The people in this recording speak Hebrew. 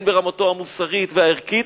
הן ברמתו המוסרית והערכית,